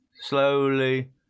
slowly